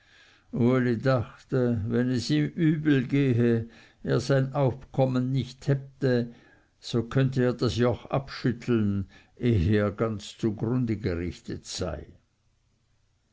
dachte wenn es ihm übel gehe er sein auskommen nicht hätte könnte er das joch abschütteln ehe er ganz zugrunde gerichtet sei